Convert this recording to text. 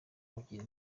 ugira